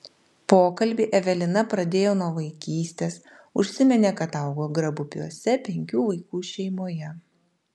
pokalbį evelina pradėjo nuo vaikystės užsiminė kad augo grabupiuose penkių vaikų šeimoje